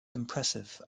impressive